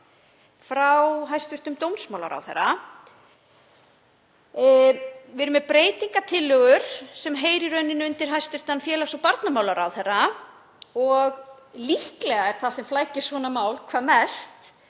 frá hæstv. dómsmálaráðherra. Við erum með breytingartillögur sem heyra í rauninni undir hæstv. félags- og barnamálaráðherra, og líklega er það sem flækir svona mál hvað mest